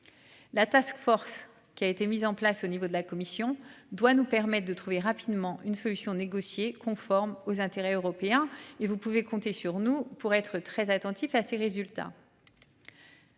La task force qui a été mis en place au niveau de la Commission doit nous permettent de trouver rapidement une solution négociée conforme aux intérêts européens et vous pouvez compter sur nous pour être très attentif à ces résultats.--